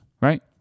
right